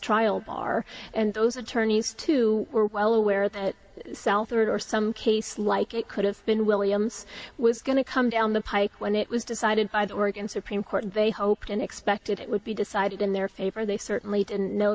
trial bar and those attorneys to were well aware that southard or some case like it could have been williams was going to come down the pike when it was decided by the oregon supreme court they hoped and expected it would be decided in their favor they certainly